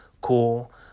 Cool